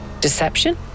Deception